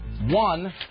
One